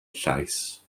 llaes